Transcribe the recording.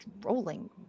rolling